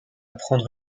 prendre